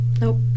Nope